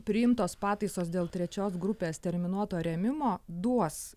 priimtos pataisos dėl trečios grupės terminuoto rėmimo duos